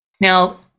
Now